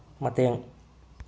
ꯃꯇꯦꯡ